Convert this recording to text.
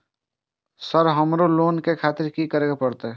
Sir हमरो loan ले खातिर की करें परतें?